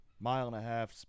mile-and-a-half